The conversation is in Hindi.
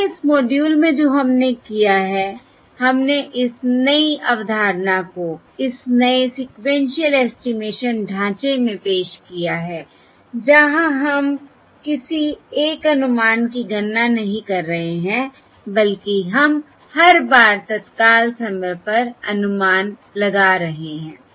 इसलिए इस मॉड्यूल में जो हमने किया है हमने इस नई अवधारणा को इस नए सीक्वेन्शिअल एस्टिमेशन ढांचे में पेश किया है जहां हम किसी एक अनुमान की गणना नहीं कर रहे हैं बल्कि हम हर बार तत्काल समय पर अनुमान लगा रहे हैं